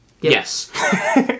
Yes